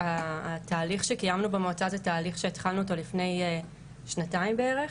התהליך שקיימנו במועצה זה תהליך שהתחלנו אותו לפני שנתיים בערך.